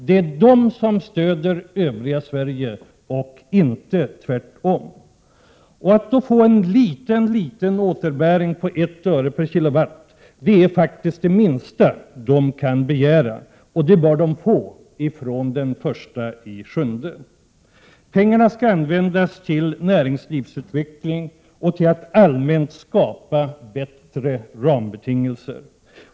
Det är de som stöder övriga Sverige, inte tvärtom. En så liten återbäring som 1 öre per kilowatt är faktiskt det minsta dessa kommuner kan begära, och det bör de få fr.o.m. den 1 juli. Pengarna skall användas till näringslivsutveckling och till att allmänt skapa bättre rambetingelser.